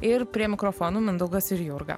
ir prie mikrofonų mindaugas ir jurga